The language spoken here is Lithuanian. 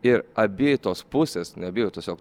ir abi tos pusės nebijo tiesiog